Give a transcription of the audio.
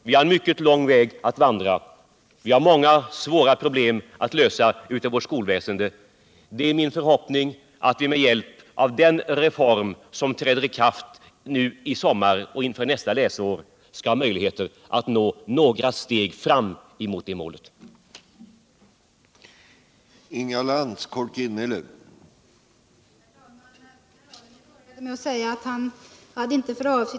Vi har en mycket lång väg att vandra, och vi har många svåra problem att lösa ute i vårt skolväsende. Det är min förhoppning att vi inför nästa läsår med hjälp av den reform som träder i kraft till sommaren får möjligheter att ta några steg fram emot de mål vi eftersträvar.